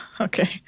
Okay